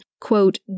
quote